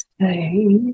say